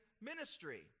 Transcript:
ministry